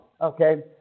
Okay